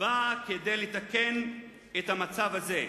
נועדה לתקן את המצב הזה.